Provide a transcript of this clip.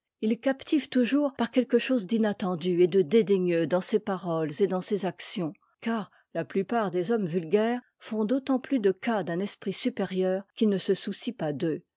h captive toujours par quelque chose d'inattendu et de dédaigneux dans ses paroles et dans ses actions car la plupart des hommes vulgaires font d'autant plus de cas d'un esprit supérieur qu'il ne se soucie pas d'eux